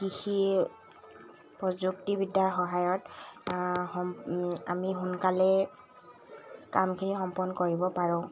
কৃষি প্ৰযুক্তিবিদ্যাৰ সহায়ত আমি সোনকালেই কামখিনি সম্পন্ন কৰিব পাৰোঁ